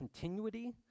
continuity